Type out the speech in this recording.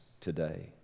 today